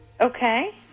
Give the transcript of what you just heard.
Okay